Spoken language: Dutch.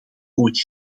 ooit